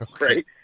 right